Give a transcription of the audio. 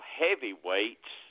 heavyweights